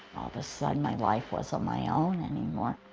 of a sudden, my life wasn't my own anymore.